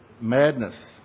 madness